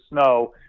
snow